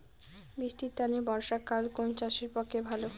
বৃষ্টির তানে বর্ষাকাল কুন চাষের পক্ষে ভালো?